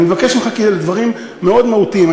אני מבקש ממך כי אלה דברים מאוד מהותיים.